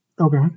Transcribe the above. Okay